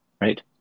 right